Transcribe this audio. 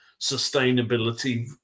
sustainability